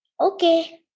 Okay